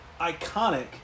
iconic